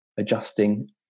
adjusting